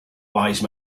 wise